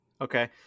Okay